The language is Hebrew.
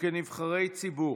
וכנבחרי ציבור